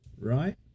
right